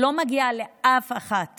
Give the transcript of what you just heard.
לא מגיע לאף אחת